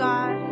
God